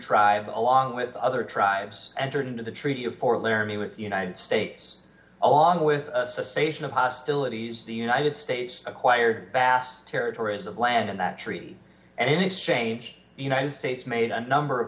try along with other tribes entered into the treaty of for learning with the united states along with the station of hostilities the united states acquired vast territories of land in that treaty and in exchange the united states made a number of